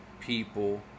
people